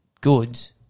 Goods